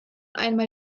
einmal